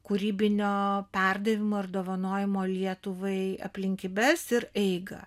kūrybinio perdavimo ir dovanojimo lietuvai aplinkybes ir eigą